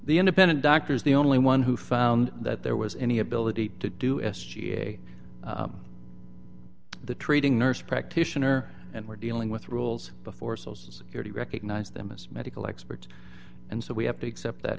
the independent doctors the only one who found that there was any ability to do s g the treating nurse practitioner and we're dealing with rules before social security recognized them as medical experts and so we have to accept that